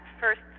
first